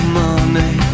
money